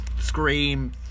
Scream